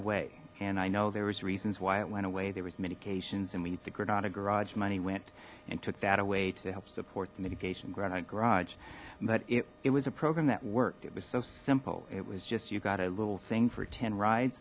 away and i know there was reasons why it went away there was medications and we need the granada garage money went and took that away to help support the mitigation grout on garage but it it was a program that worked it was so simple it was just you got a little thing for ten rides